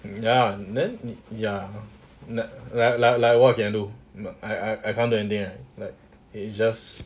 ya and then ya like like like what can I do I I I cannot do anything right like is just